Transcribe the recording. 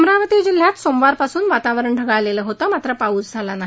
अमरावती जिल्ह्यात सोमवारपासून वातावरण ढगाळलेलं होतं मात्र पाऊस झाला नाही